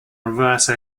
reverse